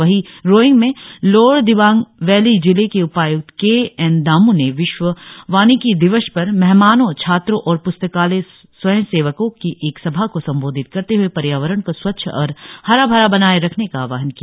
वही रोइंग में lower Dibang valley जिले के उपायुक्त के॰एन॰ दाम् ने विश्व वानिकी दिवस पर मेहमानो छात्रो और प्रस्तकालय स्वयंसेवको की एक सभा को संबोधित करते हए पर्यावरण को स्वच्छ और हरा भरा बनाये रखने का आहवान किया